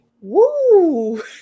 Woo